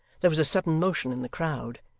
there was a sudden motion in the crowd,